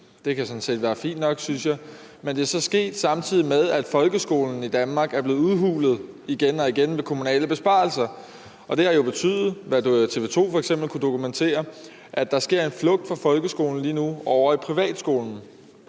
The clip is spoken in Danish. Det kan sådan set være fint nok, synes jeg. Men det er så sket, samtidig med at folkeskolen er blevet udhulet igen og igen af kommunale besparelser. Og det har jo betydet, hvad TV 2 f.eks. har kunnet dokumentere, at der sker en flugt fra folkeskolerne lige nu over i privatskolerne.